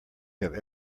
have